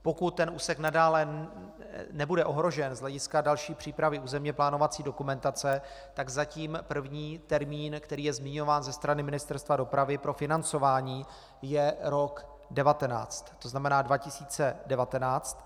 Pokud ten úsek nadále nebude ohrožen z hlediska další přípravy územněplánovací dokumentace, tak zatím první termín, který je zmiňován ze strany Ministerstva dopravy pro financování, je rok 2019.